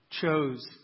Chose